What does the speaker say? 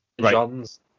john's